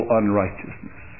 unrighteousness